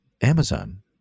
Amazon